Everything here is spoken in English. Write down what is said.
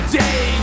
day